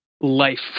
life